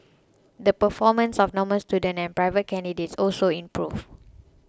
the performance of normal students and private candidates also improved